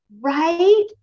right